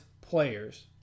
players